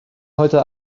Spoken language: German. heute